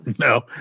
No